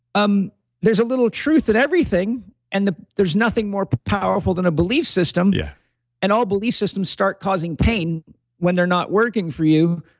um there's a little truth in everything and the there's nothing more powerful than a belief system yeah and all belief systems start causing pain when they're not working for you.